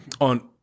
on